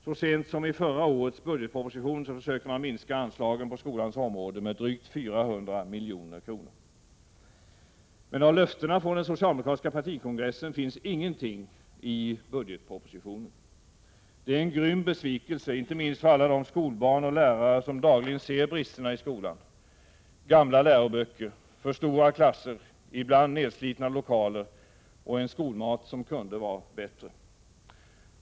Så sent som i förra årets budgetproposition försökte man minska anslagen på skolans område med drygt 400 milj.kr. Av löftena från den socialdemokratiska partikongressen finns ingenting i budgetpropositionen. Det är en grym besvikelse, inte minst för alla de skolbarn och lärare som dagligen ser bristerna i skolan: gamla läroböcker, för stora klasser, ibland nedslitna lokaler och en skolmat som kunde vara bättre.